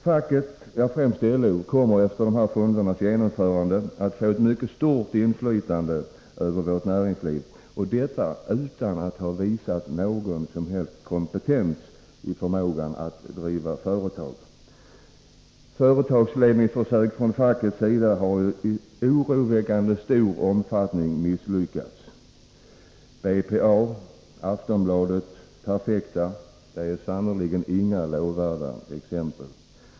Facket, främst LO, kommer efter fondernas genomförande att få ett stort inflytande över vårt näringsliv och detta utan att ha visat någon större kompetens i förmågan att driva företag. Företagsledningsförsök från fackets sida har i oroande stor omfattning misslyckats. BPA, Aftonbladet och Perfecta är inga lovvärda exempel.